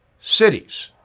cities